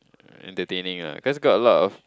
entertaining lah cause got a lot of